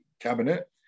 cabinet